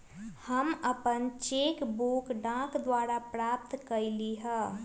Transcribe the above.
हम अपन cheque book डाक द्वारा प्राप्त कईली ह